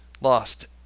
Lost